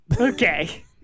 Okay